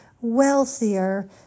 wealthier